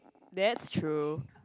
that's true